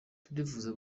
turifuza